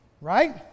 Right